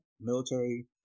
military